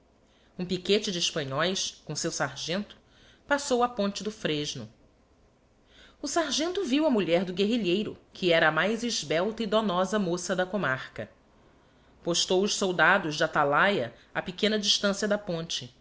um piquete de hespanhoes com seu sargento passou a ponte do fresno o sargento viu a mulher do guerrilheiro que era a mais esbelta e donosa moça da comarca postou os soldados de atalaia a pequena distancia da ponte